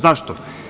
Zašto?